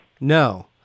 No